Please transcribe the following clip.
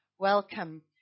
Welcome